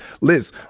Liz